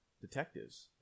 Detectives